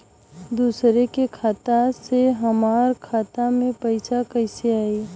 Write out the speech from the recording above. दूसरा के खाता से हमरा खाता में पैसा कैसे आई?